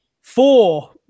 four